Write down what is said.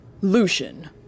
Lucian